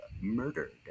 murdered